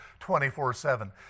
24-7